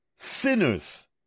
Sinners